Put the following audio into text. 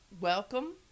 Welcome